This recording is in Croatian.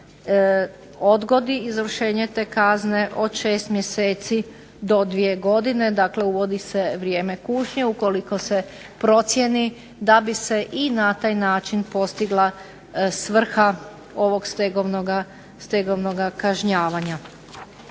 odgodi izvršenje te kazne od 6 mjeseci do 2 godine. Dakle, uvodi se vrijeme kušnje. Ukoliko se procijeni da bi se i na taj način postigla svrha ovog stegovnoga kažnjavanja.